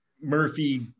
Murphy